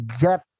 get